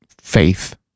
faith